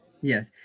Yes